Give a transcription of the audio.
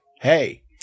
Hey